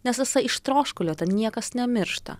nes esą iš troškulio ten niekas nemiršta